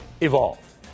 evolve